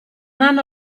hanno